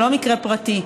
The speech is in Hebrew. וזה לא מקרה פרטי,